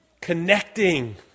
connecting